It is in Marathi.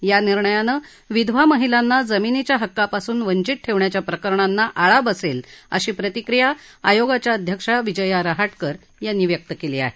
या निर्णयानं विधवा महिलांना जमिनीच्या हक्कापासून वंचित ठेवण्याच्या प्रकरणांना आळा बसेल अशी प्रतिक्रिया आयोगाच्या अध्यक्ष विजया रहाटकर यांनी व्यक्त केली आहे